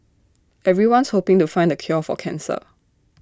everyone's hoping to find the cure for cancer